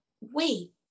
wait